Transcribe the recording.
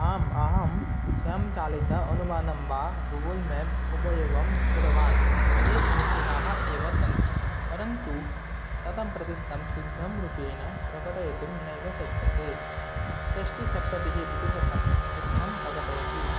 आम् अहं स्वयं चालित अनुमानं वा गूगल् मेप् उपयोगं कृतवान् ते समीचीनाः एव सन्ति परन्तु शतं प्रतिशतं शुद्धं रूपेण प्रकटयितुं नैव शक्यते षष्टिसप्तति प्रतिशतं शुद्धं प्रकटयति